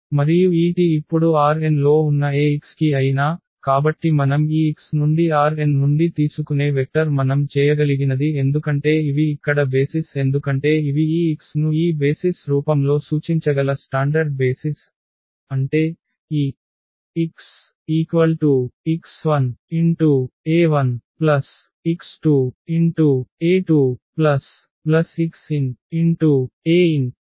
మరియు ఈ టి ఇప్పుడు Rn లో ఉన్న ఏ x కి అయినా కాబట్టి మనం ఈ x నుండి Rn నుండి తీసుకునే వెక్టర్ మనం చేయగలిగినది ఎందుకంటే ఇవి ఇక్కడ బేసిస్ ఎందుకంటే ఇవి ఈ x ను ఈ బేసిస్ రూపంలో సూచించగల స్టాండర్డ్ బేసిస్ అంటే ఈ xx1e1x2e2xnen